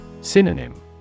Synonym